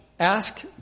ask